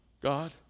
God